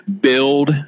build